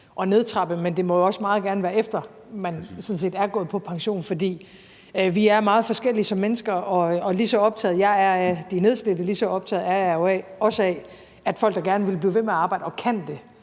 at nedtrappe, men det må også meget gerne være, efter at man sådan set er gået på pension. For vi er meget forskellige som mennesker, og lige så optaget jeg er af de nedslidte, lige så optaget er jeg jo af, at folk, der gerne vil blive ved med at arbejde og kan det,